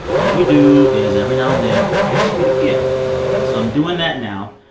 all we do is every now and then ask you to give so i'm doing that now.